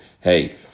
hey